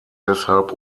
deshalb